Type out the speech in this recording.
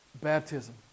baptism